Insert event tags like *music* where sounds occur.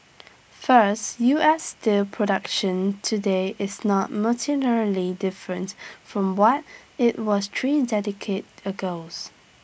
first U S steel production today is not materially different from what IT was three *unintelligible* agos